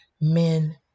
men